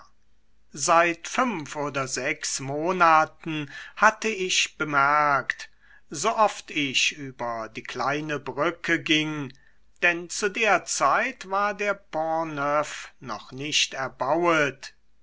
seit fünf oder sechs monaten hatte ich bemerkt sooft ich über die kleine brücke ging denn zu der zeit war der pont neuf noch nicht erbauet